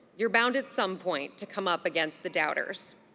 you're bound at some point to come up against the doubters.